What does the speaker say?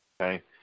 okay